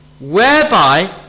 whereby